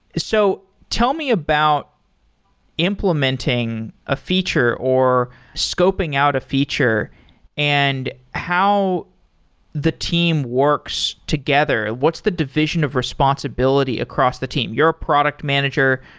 so tell me about implementing a feature or scoping out a feature and how the team works together. what's the division of responsibility across the team? you're a product manager.